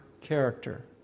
character